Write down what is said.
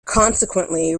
consequently